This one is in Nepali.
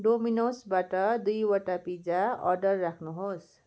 डोमिनोसबाट दुईवटा पिज्जा अर्डर राख्नुहोस्